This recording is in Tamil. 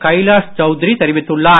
கைலாஷ் சவுத்ரி தெரிவித்துள்ளார்